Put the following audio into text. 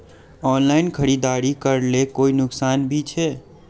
Online खरीदारी करले कोई नुकसान भी छे?